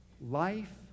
life